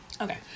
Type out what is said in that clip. Okay